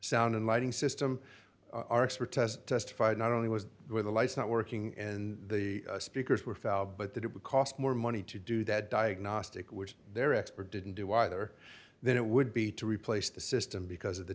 sound and lighting system our experts testified not only was the lights not working and the speakers were felled but that it would cost more money to do that diagnostic which their expert didn't do either then it would be to replace the system because of the